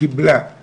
קיבלה;